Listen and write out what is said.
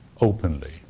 openly